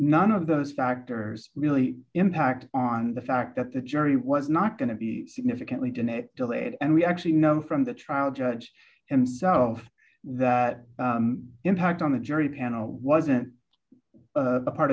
none of those factors really impact on the fact that the jury was not going to be significantly dinette delayed and we actually know from the trial judge himself that impact on the jury panel wasn't part